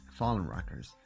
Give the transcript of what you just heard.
fallenrockers